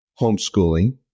homeschooling